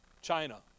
China